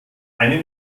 eine